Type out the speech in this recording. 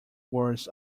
words